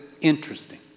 interesting